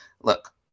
look